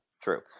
true